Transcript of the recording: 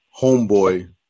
Homeboy